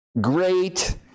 great